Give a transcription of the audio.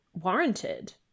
warranted